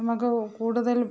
നമുക്ക് കൂടുതൽ